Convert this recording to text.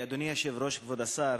אדוני היושב-ראש, כבוד השר,